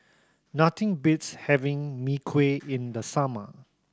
nothing beats having Mee Kuah in the summer